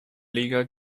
liga